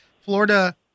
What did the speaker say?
Florida